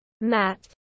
Matt